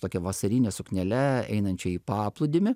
tokia vasarine suknele einančią į paplūdimį